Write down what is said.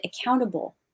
accountable